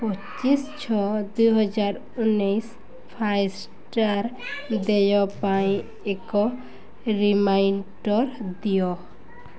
ପଚିଶ ଛଅ ଦୁଇହଜାର ଉଣେଇଶ ଫାସ୍ଟ୍ୟାଗ୍ ଦେୟ ପାଇଁ ଏକ ରିମାଇଣ୍ଡର୍ ଦିଅ